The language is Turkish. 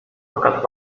fakat